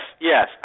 yes